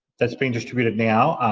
that's being distributed now.